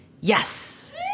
Yes